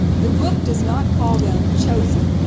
the book does not call them chosen.